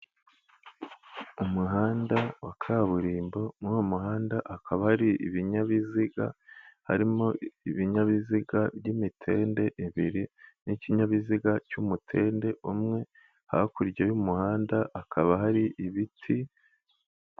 Umuhanda wa kaburimbo, muri uwo muhanda hakaba hari ibinyabiziga harimo ibinyabiziga by'imitende ibiri n'ikinyabiziga cy'umutende umwe, hakurya y'umuhanda hakaba hari ibiti.